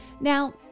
Now